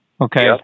Okay